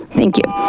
thank you.